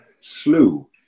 slew